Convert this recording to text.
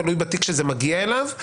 תלוי בתיק שזה מגיע אליו,